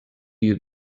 you